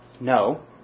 No